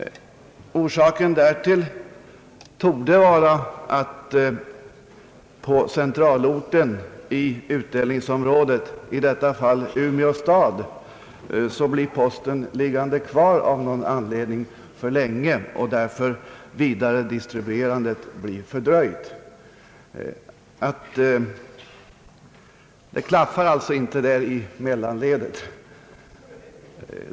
Orsaken därtill torde vara att posten av någon anledning blir liggande kvar för länge på centralorten i utdelningsområdet, i detta fall Umeå, varigenom den vidare distributionen blir fördröjd. Det klaffar alltså inte i mellanledet.